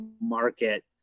market